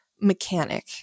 mechanic